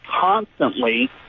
constantly